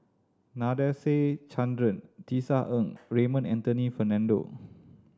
Nadasen Chandra Tisa Ng Raymond Anthony Fernando